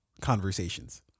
conversations